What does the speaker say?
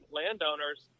landowners